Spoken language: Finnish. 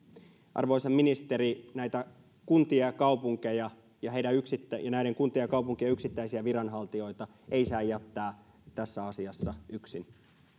arvoisa ministeri näitä kuntia ja kaupunkeja ja näiden kuntien ja kaupunkien yksittäisiä viranhaltijoita ei saa jättää tässä asiassa yksin